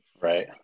right